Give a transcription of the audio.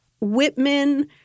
Whitman